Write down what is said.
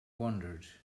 wondered